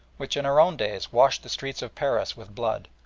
which in our own days washed the streets of paris with blood,